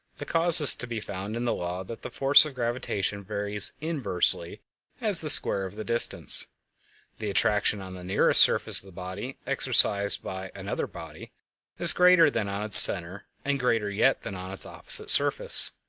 the cause is to be found in the law that the force of gravitation varies inversely as the square of the distance the attraction on the nearest surface of the body exercised by another body is greater than on its center, and greater yet than on its opposite surface.